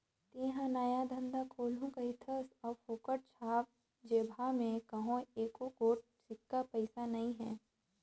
तेंहा नया धंधा खोलहू कहिथस अउ फोकट छाप जेबहा में कहों एको गोट सिक्का पइसा नी हे